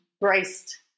braced